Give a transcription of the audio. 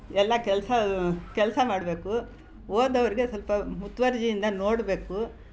ಎಲ್ಲ ಕೆಲಸ ಕೆಲಸ ಮಾಡಬೇಕು ಹೋದವ್ರಿಗೆ ಸ್ವಲ್ಪ ಮುತುವರ್ಜಿಯಿಂದ ನೋಡಬೇಕು